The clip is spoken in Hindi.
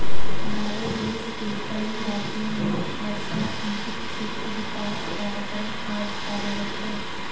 हमारे देश के कई राज्यों में वर्षा सिंचित क्षेत्र विकास कार्यक्रम आज कार्यरत है